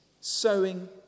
sowing